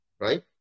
right